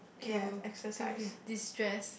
to to re~ destress